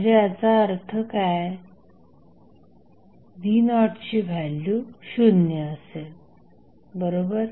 म्हणजे याचा अर्थ कायv0ची व्हॅल्यू शून्य असेल बरोबर